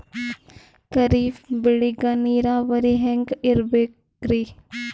ಖರೀಫ್ ಬೇಳಿಗ ನೀರಾವರಿ ಹ್ಯಾಂಗ್ ಇರ್ಬೇಕರಿ?